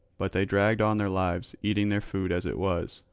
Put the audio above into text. but they dragged on their lives eating their food as it was,